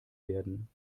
werden